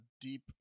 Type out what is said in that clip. deep